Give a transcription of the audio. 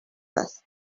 است